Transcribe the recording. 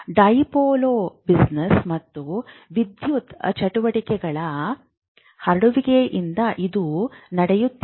ದ್ವಿಧ್ರುವಿ ವ್ಯವಹಾರ ಮತ್ತು ವಿದ್ಯುತ್ ಚಟುವಟಿಕೆಗಳ ಹರಡುವಿಕೆಯಿಂದಾಗಿ ಇದು ನಡೆಯುತ್ತಿದೆ